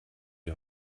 die